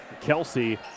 Kelsey